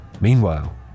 Meanwhile